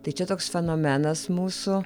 tai čia toks fenomenas mūsų